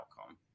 outcome